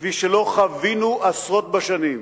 כפי שלא חווינו עשרות שנים.